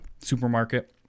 supermarket